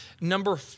number